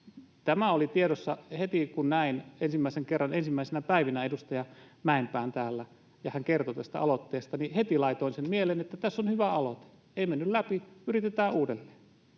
Tämä oli tiedossa. Heti kun näin ensimmäisen kerran ensimmäisinä päivinä edustaja Mäenpään täällä ja hän kertoi tästä aloitteesta, niin heti laitoin mieleen, että tässä on hyvä aloite — ei mennyt läpi, yritetään uudelleen.